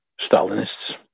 Stalinists